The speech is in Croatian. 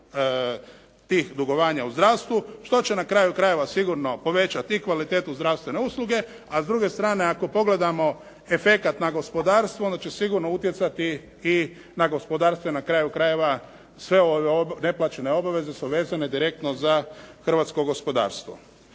tih dugovanja u zdravstvu, što će na kraju krajeva sigurno povećati kvalitetu zdravstvene usluge. A s druge strane ako pogledamo efekat na gospodarstvo onda će sigurno utjecati i na gospodarstvo jer na kraju krajeva sve ove neplaćene obaveze su vezane direktno za hrvatsko gospodarstvo.